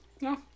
No